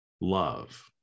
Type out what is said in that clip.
love